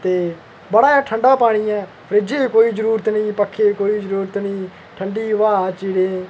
ते बड़ा गै ठंडा पानी ऐ फ्रिज दी कोई जरूरत नेईं पक्खे दी कोई जरूरत नेईं ठंडी हबा चीड़ें दी